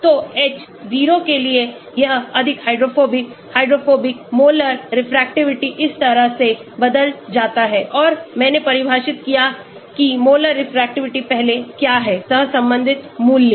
तो H 0 के लिए यह अधिक हाइड्रोफोबिक हाइड्रोफोबिक मोलर रेफ्रेक्टिविटी इस तरह से बदल जाता है और मैंने परिभाषित किया कि मोलर रेफ्रेक्टिविटी पहले क्या है सहसंबंधित मूल्य